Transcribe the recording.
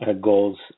goals